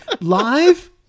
live